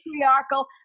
patriarchal